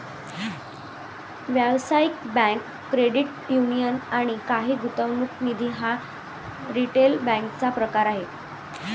व्यावसायिक bank, credit union आणि काही गुंतवणूक निधी हा रिटेल बँकेचा प्रकार आहे